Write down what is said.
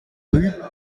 rue